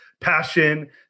passion